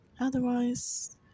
Otherwise